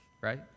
right